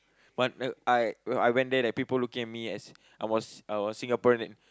wh~ uh I when I went there that people looking at me as I was I was Singaporean